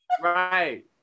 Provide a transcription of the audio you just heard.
Right